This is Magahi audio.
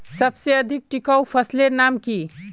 सबसे अधिक टिकाऊ फसलेर नाम की?